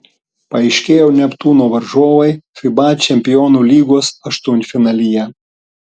paaiškėjo neptūno varžovai fiba čempionų lygos aštuntfinalyje